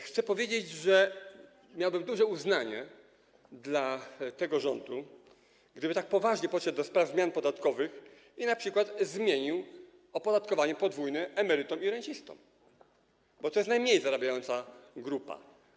Chcę powiedzieć, że miałbym duże uznanie dla tego rządu, gdyby tak poważnie podszedł do spraw zmian podatkowych i zmienił np. podwójne opodatkowanie emerytom i rencistom, bo to jest najmniej zarabiająca grupa.